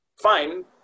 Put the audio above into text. fine